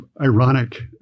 ironic